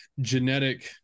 genetic